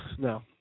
No